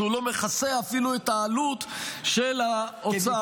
שהוא לא מכסה אפילו את העלות של ההוצאה.